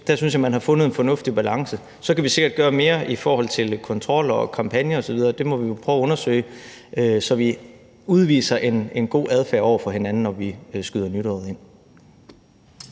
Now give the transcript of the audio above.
der synes jeg, man har fundet en fornuftig balance. Så kan vi sikkert gøre mere i forhold til kontrol og kampagner osv., og det må vi jo prøve at undersøge, så vi udviser en god adfærd over for hinanden, når vi skyder nytåret ind.